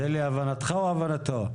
זה להבנתך או להבנתו?